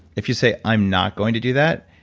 if you say, i'm not going to do that.